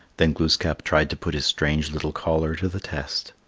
then glooskap tried to put his strange little caller to the test.